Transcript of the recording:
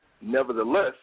Nevertheless